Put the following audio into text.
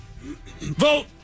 Vote